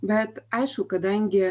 bet aišku kadangi